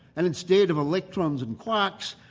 and instead of electrons and quarks,